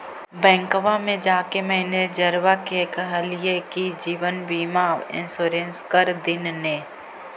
बैंकवा मे जाके मैनेजरवा के कहलिऐ कि जिवनबिमा इंश्योरेंस कर दिन ने?